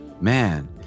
Man